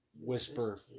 whisper